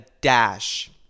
dash